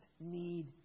need